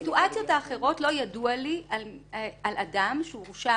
על הסיטואציות האחרות לא ידוע לי על אדם שהורשע